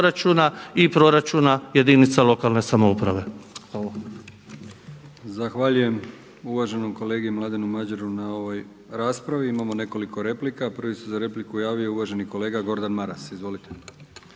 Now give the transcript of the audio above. i proračuna jedinica lokalne samouprave.